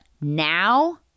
Now